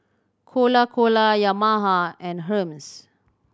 Cola Cola Yamaha and Hermes